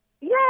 Yes